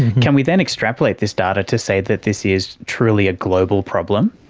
can we then extrapolate this data to say that this is truly a global problem?